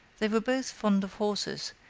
they were both fond of horses,